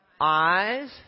eyes